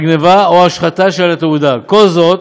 הגנבה או ההשחתה של התעודה, כל זאת